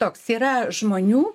toks yra žmonių